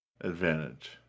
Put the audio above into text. advantage